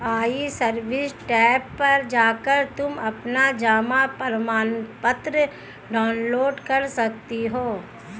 ई service tab पर जाकर तुम अपना जमा प्रमाणपत्र डाउनलोड कर सकती हो